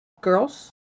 girls